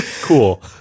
Cool